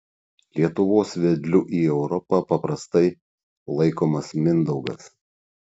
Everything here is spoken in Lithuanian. lietuvos vedliu į europą paprastai laikomas mindaugas